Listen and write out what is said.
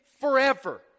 forever